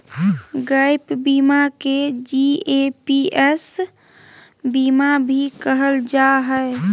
gap बीमा के G A P S बीमा भी कहल जा हय